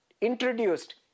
introduced